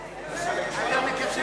להעביר את הצעת חוק זכויות הסוכן ומעמדו,